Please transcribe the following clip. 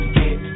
get